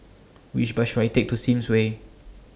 Which Bus should I Take to Sims Way